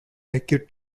acute